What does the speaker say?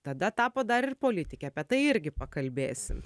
tada tapot dar ir politike apie tai irgi pakalbėsim